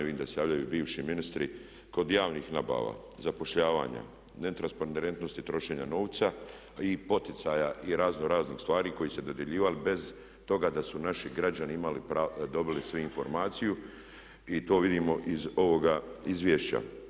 Vidim da se javljaju bivši ministri kod javnih nabava, zapošljavanja, netransparentnosti trošenja novca i poticaja i razno raznih stvari koji su se dodjeljivali bez toga da su naši građani dobili svu informaciju i to vidimo iz ovoga Izvješća.